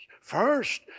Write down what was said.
First